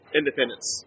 independence